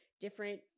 different